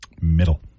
Middle